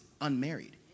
unmarried